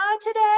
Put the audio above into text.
today